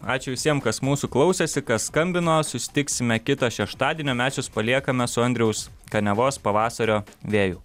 ačiū visiem kas mūsų klausėsi kas skambino susitiksime kitą šeštadienį o mes jus paliekame su andriaus kaniavos pavasario vėju